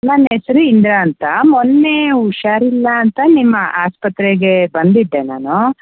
ನನ್ನ ಹೆಸರು ಇಂದಿರಾ ಅಂತ ಮೊನ್ನೆ ಹುಷಾರಿಲ್ಲ ಅಂತ ನಿಮ್ಮ ಆಸ್ಪತ್ರೆಗೆ ಬಂದಿದ್ದೆ ನಾನು